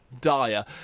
dire